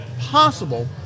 possible